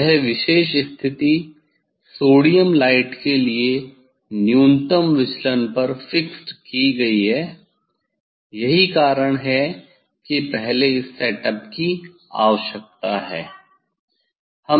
यह विशेष स्थिति सोडियम लाइट के लिए न्यूनतम विचलन पर फिक्स्ड की गई है यही कारण है कि पहले इस सेटअप की आवश्यकता है